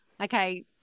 okay